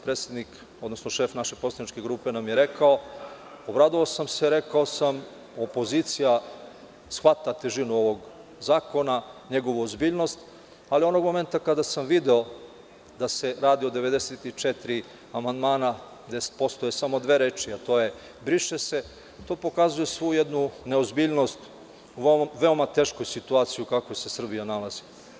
Predsednik, odnosno šef naše poslaničke grupe nam je rekao, obradovao sam se i rekao – opozicija shvata težinu ovog zakona, njegovu ozbiljnost, ali onog momenta kada sam video da se radi o 94 amandmana, 10% je samo dve reči, a to je – briše se i to pokazuje svu jednu neozbiljnost u ovoj veoma teškoj situaciji u kakvoj se Srbija nalazi.